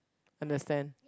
understand